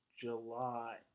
July